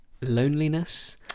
loneliness